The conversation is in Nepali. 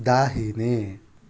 दाहिने